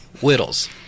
whittles